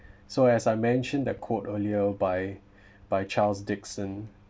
so as I mentioned that quote earlier by by charles dickens